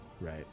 right